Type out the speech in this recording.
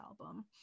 album